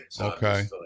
Okay